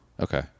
Okay